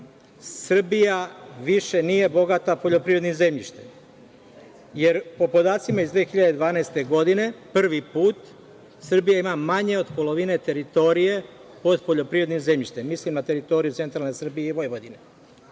više nije bogata poljoprivrednim zemljištem, jer po podacima iz 2012. godine prvi put Srbija ima manje od polovine teritorije pod poljoprivrednim zemljištem. Mislim na teritoriju centralne Srbije i Vojvodine.